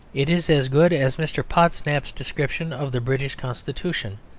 it is as good as mr. podsnap's description of the british constitution,